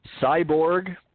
Cyborg